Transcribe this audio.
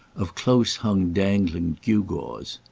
of close-hung dangling gewgaws.